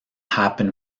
happen